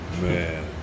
Man